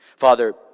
Father